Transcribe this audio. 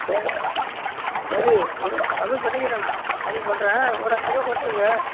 சரி சரி கம்மி கம்மி பண்ணிக்கிறேன் நான் கம்மி பண்ணுறேன் ஒரு அஞ்சுருவா குறச்சிங்க